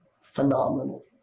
phenomenal